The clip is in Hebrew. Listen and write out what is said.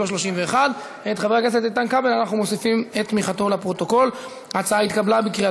ומצטרפים לתמיכה גם חברת הכנסת מיכל